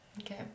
Okay